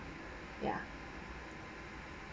ya